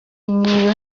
knew